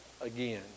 again